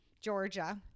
Georgia